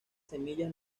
semillas